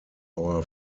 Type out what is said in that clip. our